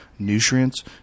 Nutrients